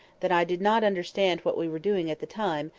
that i did not understand what we were doing at the time,